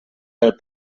del